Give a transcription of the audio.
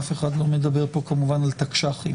אף אחד לא מדבר פה כמובן על תקנות לשעת חירום.